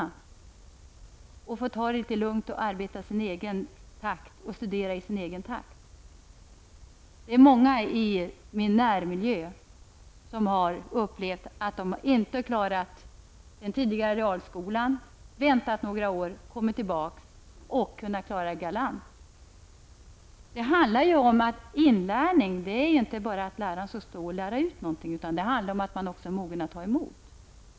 De behöver få ta det litet lugnt och studera i sin egen takt. Det är många i min närmiljö som har upplevt att de inte har klarat den tidigare realskolan. De har väntat några år, kommit tillbaka och kunnat klara den galant. Inlärning handlar inte bara om att läraren skall stå och lära ut någonting, det handlar också om att man är mogen att ta emot.